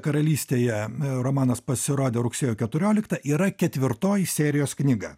karalystėje romanas pasirodė rugsėjo keturioliktą yra ketvirtoji serijos knyga